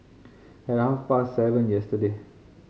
at half past seven yesterday